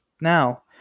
Now